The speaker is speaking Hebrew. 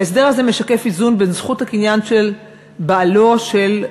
ההסדר הזה משקף איזון בין זכות הקניין של בעלו של,